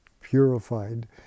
purified